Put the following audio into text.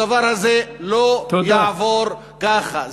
הדבר הזה לא יעבור ככה,